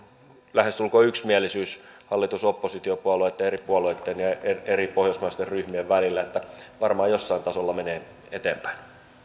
lähestulkoon yksimielisyys hallitus ja oppositiopuolueitten eri puolueitten ja ja eri pohjoismaisten ryhmien välillä että varmaan jollain tasolla menee eteenpäin